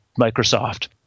Microsoft